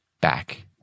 back